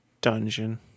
dungeon